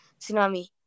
Tsunami